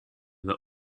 the